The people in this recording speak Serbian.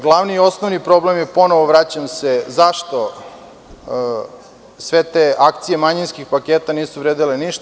Glavni i osnovni problem je ponovo, vraćam se, zašto sve te akcije manjinskih paketa nisu vredele ništa?